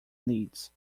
needs